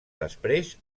després